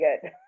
good